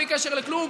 בלי קשר לכלום.